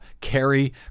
carry